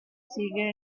sigue